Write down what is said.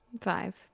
Five